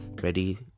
ready